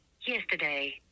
yesterday